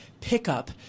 pickup